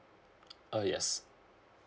uh yes